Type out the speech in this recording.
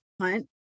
hunt